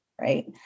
right